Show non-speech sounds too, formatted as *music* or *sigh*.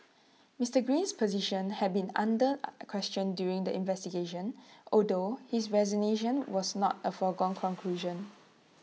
Mister Green's position had been under *hesitation* question during the investigation although his resignation was not A foregone conclusion